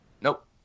Nope